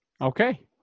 Okay